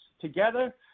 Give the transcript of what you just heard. Together